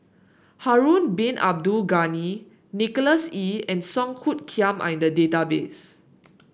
Harun Bin Abdul Ghani Nicholas Ee and Song Hoot Kiam are in the database